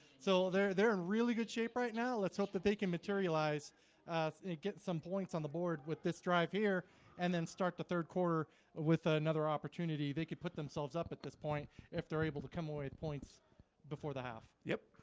so they're they're in really good shape right now let's hope that they can materialize get some points on the board with this drive here and then start the third quarter with ah another opportunity they could put themselves up at this point if they're able to come away the points before the half. yep